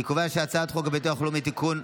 אני קובע שהצעת חוק הביטוח הלאומי (תיקון,